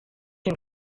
and